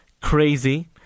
Crazy